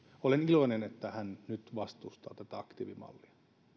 olen iloinen että hän nyt vastustaa tätä aktiivimallia